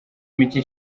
micye